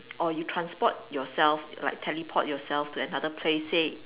or you transport yourself like teleport yourself to another place say